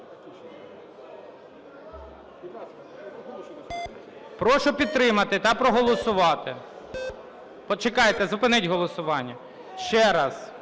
Прошу підтримати та проголосувати. Почекайте, зупиніть голосування. Ще раз,